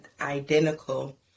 identical